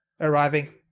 arriving